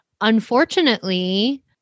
unfortunately